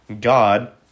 God